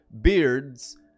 beards